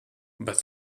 but